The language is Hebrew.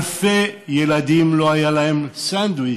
אלפי ילדים, לא היה להם סנדוויץ'